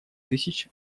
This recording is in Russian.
тысяч